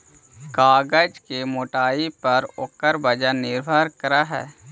कागज के मोटाई पर ओकर वजन निर्भर करऽ हई